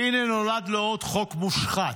הינה נולד לו עוד חוק מושחת,